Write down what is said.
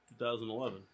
2011